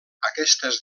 aquestes